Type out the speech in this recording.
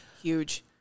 huge